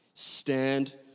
stand